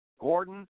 Gordon